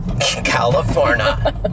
California